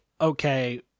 okay